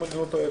אם אני לא טועה,